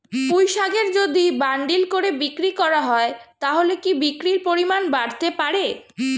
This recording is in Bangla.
পুঁইশাকের যদি বান্ডিল করে বিক্রি করা হয় তাহলে কি বিক্রির পরিমাণ বাড়তে পারে?